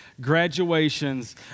graduations